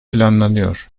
planlanıyor